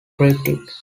cryptic